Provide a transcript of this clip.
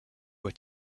were